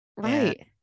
Right